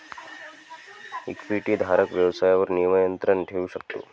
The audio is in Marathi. इक्विटीधारक व्यवसायावर नियंत्रण ठेवू शकतो